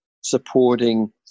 supporting